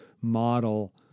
model